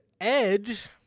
Edge